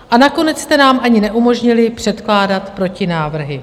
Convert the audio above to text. A nakonec jste nám ani neumožnili předkládat protinávrhy.